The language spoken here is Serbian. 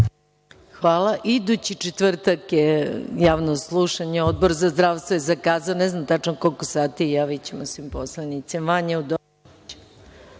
Hvala. Idući četvrtak je javno slušanje, Odbor za zdravstvo je zakazao, ne znam tačno u koliko sati, ali javićemo svim poslanicima. Reč